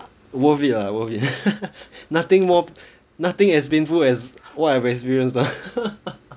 worth it lah worth it nothing more nothing as painful as what I've experience lah